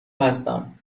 هستم